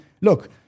look